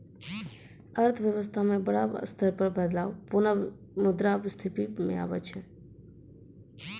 अर्थव्यवस्था म बड़ा स्तर पर बदलाव पुनः मुद्रा स्फीती स आबै छै